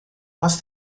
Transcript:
mas